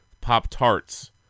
Pop-tarts